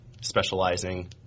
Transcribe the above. specializing